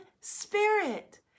spirit